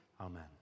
Amen